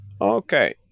Okay